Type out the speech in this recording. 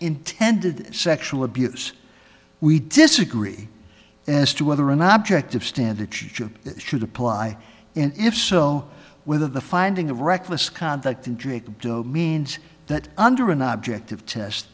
intended sexual abuse we disagree as to whether an object of standard ship should apply and if so whether the finding of reckless conduct in jacob means that under an object of test